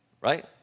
Right